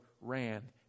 ran